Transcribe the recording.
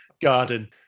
garden